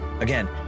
Again